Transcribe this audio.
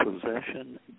possession